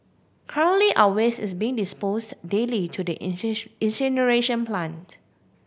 currently our waste is being disposed daily to the incineration plant